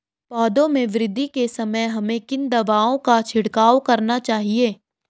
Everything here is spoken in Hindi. पौधों में वृद्धि के समय हमें किन दावों का छिड़काव करना चाहिए?